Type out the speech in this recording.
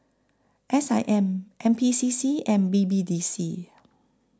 S I M N P C C and B B D C